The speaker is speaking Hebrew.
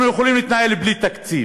אנחנו יכולים להתנהל בלי תקציב.